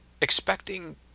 expecting